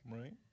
Right